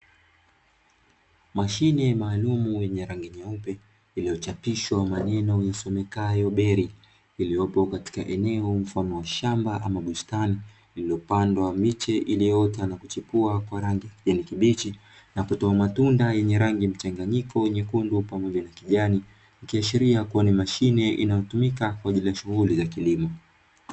Mashine maalumu yenye rangi nyeupe iliyochapishwa maneno yasomekayo "beri" iliyopo katika eneo mfano wa shamba ama bustani, lililopandwa miche iliyoota na kuchipua kwa rangi ya kijani kibichi na kutoa matunda yenye rangi mchanganyiko nyekundu pamoja na kijani, ikiashiria kuwa ni mashine inayotumika kwa ajili ya shughuli za kilimo.